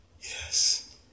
yes